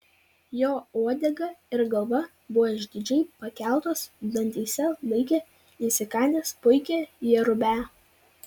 jo uodega ir galva buvo išdidžiai pakeltos dantyse laikė įsikandęs puikią jerubę